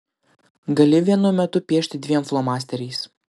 gali vienu metu piešti dviem flomasteriais